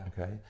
Okay